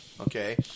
Okay